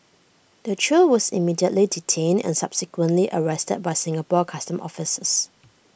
the trio was immediately detained and subsequently arrested by Singapore Customs officers